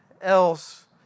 else